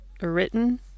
written